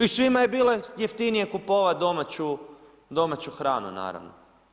I svima je bilo jeftinije kupovati domaću hranu naravno.